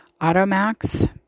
Automax